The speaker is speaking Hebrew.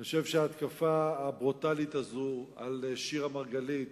אני חושב שההתקפה הברוטלית הזו על שירה מרגלית